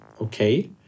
okay